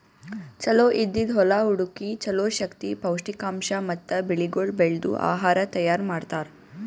ಚಲೋ ಇದ್ದಿದ್ ಹೊಲಾ ಹುಡುಕಿ ಚಲೋ ಶಕ್ತಿ, ಪೌಷ್ಠಿಕಾಂಶ ಮತ್ತ ಬೆಳಿಗೊಳ್ ಬೆಳ್ದು ಆಹಾರ ತೈಯಾರ್ ಮಾಡ್ತಾರ್